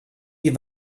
die